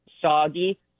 soggy